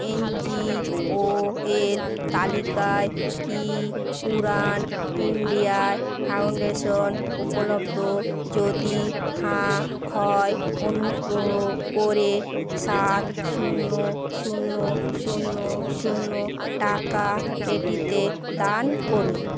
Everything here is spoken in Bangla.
এন জি ও এর তালিকায় কি উড়ান ইন্ডিয়া ফাউন্ডেশন উপলব্ধ যদি হ্যাঁ হয় অনুগ্রহ করে সাত শূন্য শূন্য শূন্য শূন্য টাকা এটিতে দান করুন